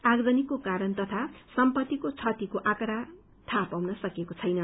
आगजनीको कारण तया सम्पत्तिको क्षतिको आकड़ा थाहा पाउन सकिएको छैन